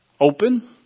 open